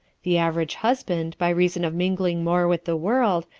the average husband, by reason of mingling more with the world,